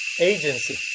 agency